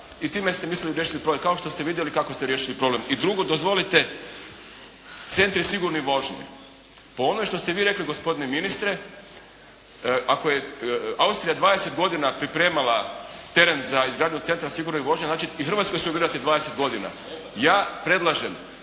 i time ste mislili riješiti problem, kao što ste i vidjeli kako ste riješili problem. I drugo, dozvolite, centri sigurne vožnje. Po onome što ste vi rekli, gospodine ministre, ako je Austrija 20 godina pripremala teren za izgradnju centra sigurne vožnje, znači i Hrvatskoj će trebati 20 godina. Ja predlažem